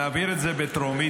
נעביר את זה בטרומית,